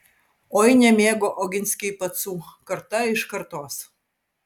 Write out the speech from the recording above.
oi nemėgo oginskiai pacų karta iš kartos